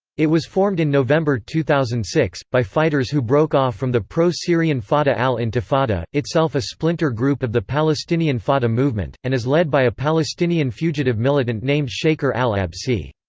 it was formed in november two thousand and six, by fighters who broke off from the pro-syrian fatah al-intifada, itself a splinter group of the palestinian fatah movement, and is led by a palestinian fugitive militant named shaker al-abssi.